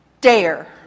dare